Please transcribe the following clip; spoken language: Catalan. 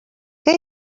què